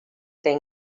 tem